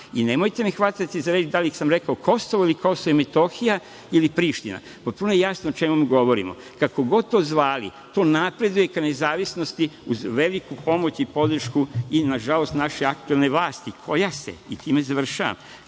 manje. Nemojte me hvatati za reč da li sam rekao Kosovo ili Kosovo i Metohija ili Priština. Potpuno je jasno o čemu govorimo. Kako god to zvali to napreduje ka nezavisnosti uz veliku pomoć i podršku naše aktuelne vlasti koja se, time završavam,